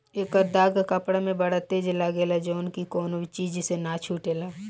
एकर दाग कपड़ा में बड़ा तेज लागेला जउन की कवनो चीज से ना छुटेला